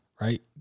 right